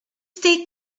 stay